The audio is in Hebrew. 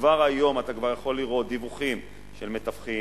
כבר היום אתה יכול לראות דיווחים של מתווכים,